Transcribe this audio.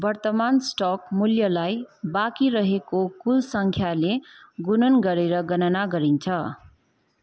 वर्तमान स्टक मूल्यलाई बाँकी रहेको कुल सङ्ख्याले गुणन गरेर गणना गरिन्छ